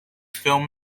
film